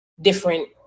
different